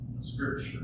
scripture